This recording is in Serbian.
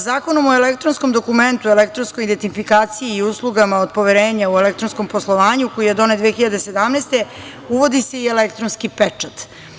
Zakonom o elektronskom dokumentu, elektronskoj identifikaciji i uslugama od poverenja u elektronskom poslovanju, koji je donet 2017. godine, uvodi se i elektronski pečat.